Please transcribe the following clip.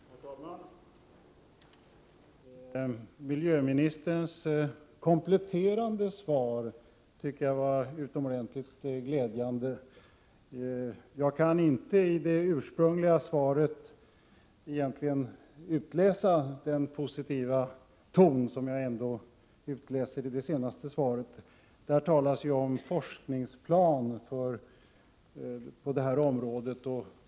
Herr talman! Miljöministerns kompletterande svar tycker jag var utomordentligt glädjande. Jag kunde inte i det ursprungliga svaret utläsa den positiva ton som jag nu utläser av det senaste svaret. I svaret talas om en forskningsplan på det här området.